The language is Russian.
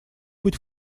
быть